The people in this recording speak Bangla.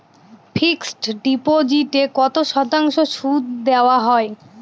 ফিক্সড ডিপোজিটে কত শতাংশ সুদ দেওয়া হয়?